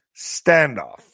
standoff